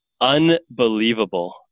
unbelievable